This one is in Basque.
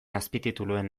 azpitituluen